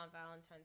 Valentine's